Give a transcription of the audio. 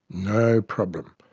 no problem.